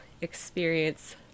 experience